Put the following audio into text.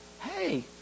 Hey